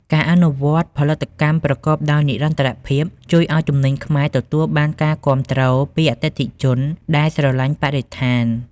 ការអនុវត្តផលិតកម្មប្រកបដោយនិរន្តរភាព ជួយឱ្យទំនិញខ្មែរទទួលបានការគាំទ្រពីអតិថិជនដែលស្រឡាញ់បរិស្ថាន។